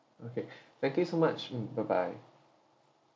okay thank you so much mm bye bye